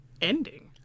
ending